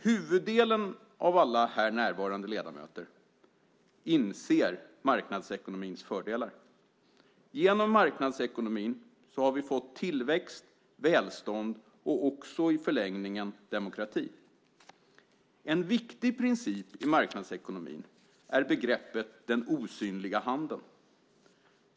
Huvuddelen av alla här närvarande ledamöter inser marknadsekonomins fördelar. Genom marknadsekonomin har vi fått tillväxt, välstånd och också i förlängningen demokrati. En viktig princip i marknadsekonomin är begreppet "den osynliga handen".